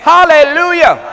Hallelujah